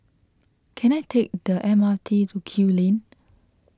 can I take the M R T to Kew Lane